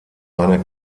einer